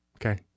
Okay